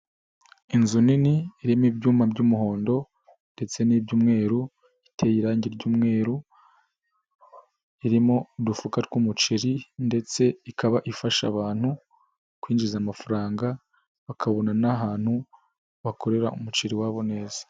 Inzu nini irimo ibyuma by'umuhondo ndetse n'ibyumweru, iteye irangi ry'umweru, irimo udufuka tw'umuceri ndetse ikaba ifasha abantu, kwinjiza amafaranga, bakabona n'ahantu bakorera umuceri wabo neza.